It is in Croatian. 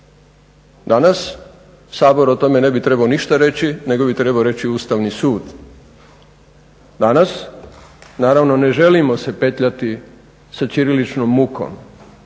Danas Sabor o tome ne bi trebao ništa reći nego bi trebao reći Ustavni sud. Danas naravno ne želimo se petljati sa ćiriličnom mukom